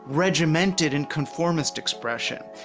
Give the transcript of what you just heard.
regimented and conformist expression.